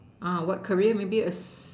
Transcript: ah what career maybe as